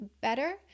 better